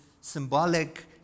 symbolic